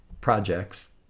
projects